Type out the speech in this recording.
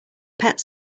pet